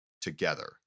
together